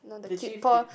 the gif the